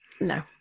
No